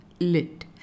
Lit